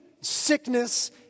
sickness